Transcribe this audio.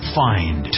find